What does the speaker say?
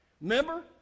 Remember